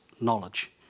knowledge